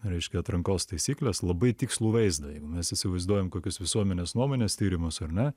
reiškia atrankos taisykles labai tikslų vaizdą jeigu mes įsivaizduojam kokius visuomenės nuomonės tyrimus ar ne